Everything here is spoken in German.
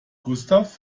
gustav